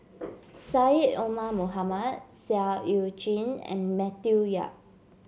Syed Omar Mohamed Seah Eu Chin and Matthew Yap